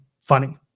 funny